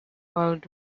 world